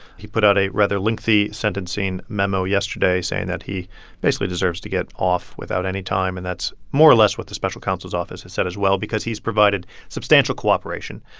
he put out a rather lengthy sentencing memo yesterday saying that he basically deserves to get off without any time. and that's more or less what the special counsel's office has said, as well, because he's provided substantial cooperation.